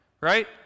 right